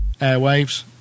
airwaves